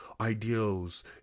ideals